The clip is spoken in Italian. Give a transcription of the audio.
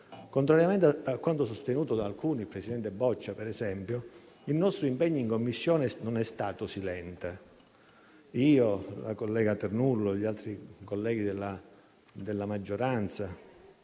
Contrariamente a quanto sostenuto da alcuni (il presidente Boccia, per esempio), il nostro impegno in Commissione non è stato silente. Io, la collega Ternullo e gli altri colleghi della maggioranza,